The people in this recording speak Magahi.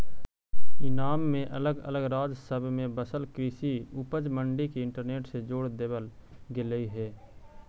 ईनाम में अलग अलग राज्य सब में बसल कृषि उपज मंडी के इंटरनेट से जोड़ देबल गेलई हे